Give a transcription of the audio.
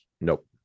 nope